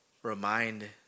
Remind